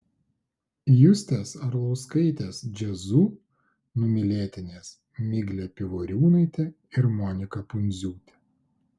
justės arlauskaitės jazzu numylėtinės miglė pivoriūnaitė ir monika pundziūtė